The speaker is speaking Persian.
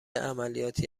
عملیاتی